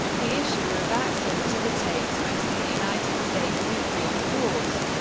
the issue of access to the tapes went to the united states supreme court.